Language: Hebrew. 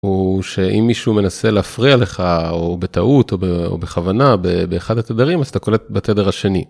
או שאם מישהו מנסה להפריע לך, או בטעות, או בכוונה באחד התדרים, אז אתה קולט בתדר השני.